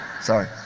Sorry